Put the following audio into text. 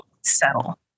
settle